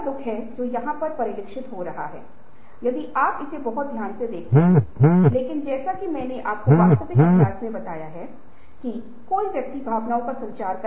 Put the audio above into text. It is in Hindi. इसलिए जब आप परिवर्तन को अंजाम दे रहे हैं तो इस स्तर पर कुछ भी निश्चित नहीं है जैसा कि आपने योजना बनाई है यह आगे नहीं बढ़ सकता है